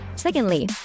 Secondly